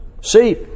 See